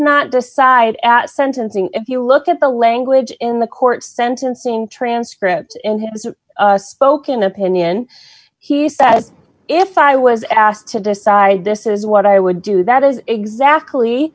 not decide at sentencing if you look at the language in the court's sentencing transcript in his spoken opinion he said if i was asked to decide this is what i would do that is exactly